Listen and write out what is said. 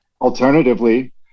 alternatively